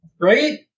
Right